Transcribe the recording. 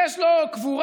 יש לו קבורה,